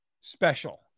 special